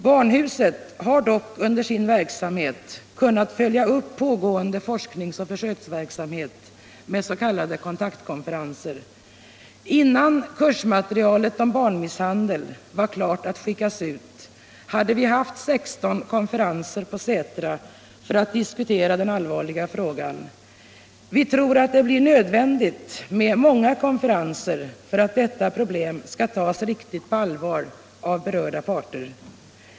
Barnhuset har dock under sin verksamhet kunnat följa upp pågående forsknings och försöksverksamhet med s.k. kontaktkonferenser. Innan kursmaterialet om barnmisshandel var klart att skickas ut hade vi haft 16 konferenser på Sätra för att diskutera den allvarliga frågan. Vi tror att det blir nödvändigt med många konferenser för att detta problem skall tas riktigt på allvar av berörda parter.